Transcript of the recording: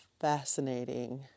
fascinating